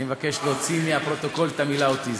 אני מבקש להוציא מהפרוטוקול את המילה אוטיזם.